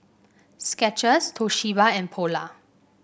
Skechers Toshiba and Polar